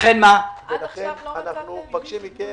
לכן אנחנו מבקשים מכם